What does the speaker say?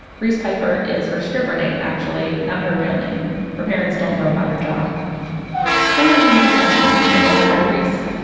reese piper is her stripper name actually not her real name, her parents don't know about her job sometimes when she's dancing, she'll by reese,